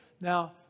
Now